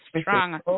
strong